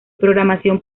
programación